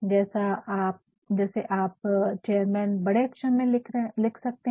जैसे आप चेयरमैन बड़े अक्षर में लिख सकते है